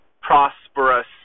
prosperous